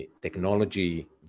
technology